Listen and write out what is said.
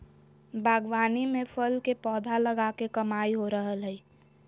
बागवानी में फल के पौधा लगा के कमाई हो रहल हई